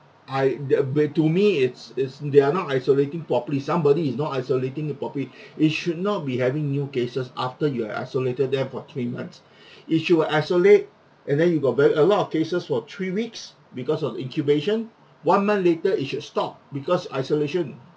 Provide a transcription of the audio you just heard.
I the they to me it's it's they're not isolating properly somebody is not isolating it properly it should not be having new cases after you have isolated there for three months if you were isolate and then you got very a lot of cases for three weeks because of the incubation one month later it should stop because isolation